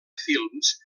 films